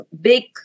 big